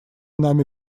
нами